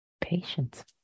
patience